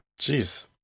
Jeez